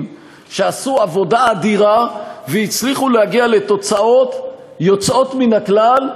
שעשו עבודה אדירה והצליחו להגיע לתוצאות יוצאות מן הכלל,